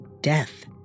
death